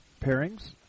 pairings